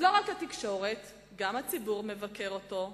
אז לא רק התקשורת, גם הציבור מבקר אותו.